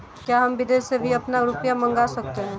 क्या हम विदेश से भी अपना रुपया मंगा सकते हैं?